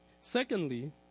Secondly